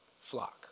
flock